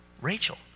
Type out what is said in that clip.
Rachel